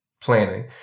planning